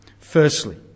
Firstly